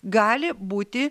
gali būti